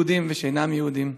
יהודים ושאינם יהודים,